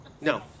No